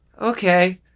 okay